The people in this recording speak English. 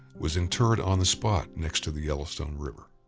was interred on the spot, next to the yellowstone river.